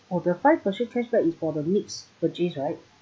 for the five percent cashback is for the next purchase right